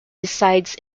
decides